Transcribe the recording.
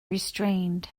restrained